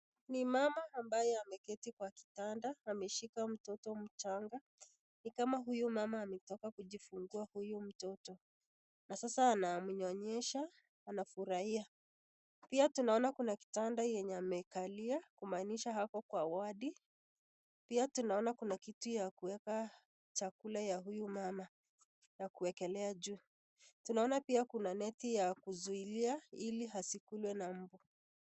Ni mama ambaye ameketi kwa kitanda ameshika mtoto mchanga ni kama huyu mama ametoka kujifungua huyu mtoto na sasa anamnyonyesha anafurahia pia tunaona kitanda yenye amekalia kumanisha ako Kwa wadi tena tunona kuna kitu ya kuweka chakula ya huyu mama ya kuwekelea juu naona pia Kuna neti ya kuzuia hili asikulwe na mbu.